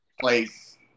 place